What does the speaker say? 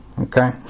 Okay